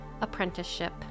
apprenticeship